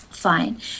Fine